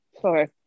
Sorry